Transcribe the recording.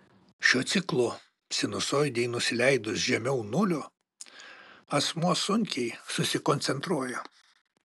šio ciklo sinusoidei nusileidus žemiau nulio asmuo sunkiai susikoncentruoja